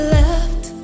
left